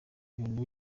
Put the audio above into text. ibintu